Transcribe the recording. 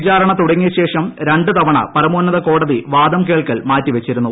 വിചാരണ തുടങ്ങിയ ശേഷം ര ു തവണ പരമോന്നത കോടതി വാദം കേൾക്കൽ മാറ്റി വച്ചിരുന്നു